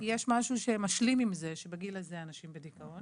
יש משהו שמשלים עם זה שבגיל הזה אנשים בדיכאון